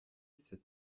cet